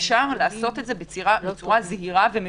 אפשר לעשות את זה בצורה זהירה ומדודה.